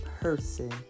person